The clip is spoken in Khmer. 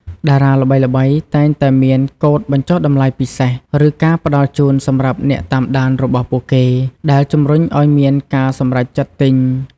តារាល្បីៗតែងតែមានកូដបញ្ចុះតម្លៃពិសេស ឬការផ្តល់ជូនសម្រាប់អ្នកតាមដានរបស់ពួកគេ ដែលជំរុញឲ្យមានការសម្រេចចិត្តទិញ។